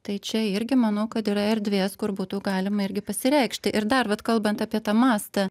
tai čia irgi manau kad yra erdvės kur būtų galima irgi pasireikšti ir dar vat kalbant apie tą mastą